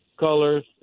colors